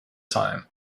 time